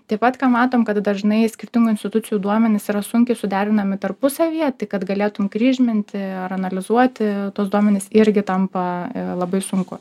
taip pat ką matom kad dažnai skirtingų institucijų duomenys yra sunkiai suderinami tarpusavyje tai kad galėtum kryžminti ar analizuoti tuos duomenis irgi tampa labai sunku